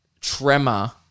tremor